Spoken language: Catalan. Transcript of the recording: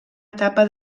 etapa